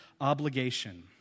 obligation